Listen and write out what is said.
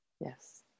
yes